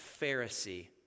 Pharisee